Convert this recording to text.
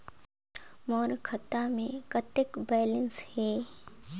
मोर खाता मे कतेक बैलेंस हे?